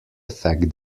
affect